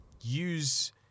use